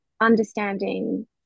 understanding